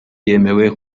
yemewe